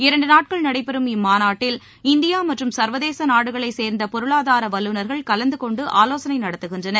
இரண்டு நாட்கள் நடைபெறும் இம்மாநாட்டில் இந்தியா மற்றும் சர்வதேச நாடுகளைச் சேர்ந்த பொருளாதார வல்லுநர்கள் கலந்து கொண்டு ஆலோசனை நடத்துகின்றனர்